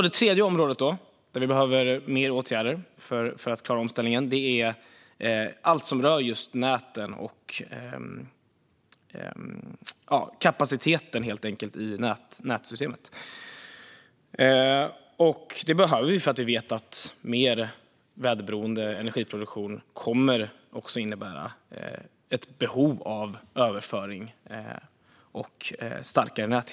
Det tredje området där det behövs mer åtgärder för att vi ska klara omställningen är allt som rör kapaciteten i nätsystemet. Vi vet att mer väderberoende energiproduktion kommer att innebära ett behov av överföring och starkare nät.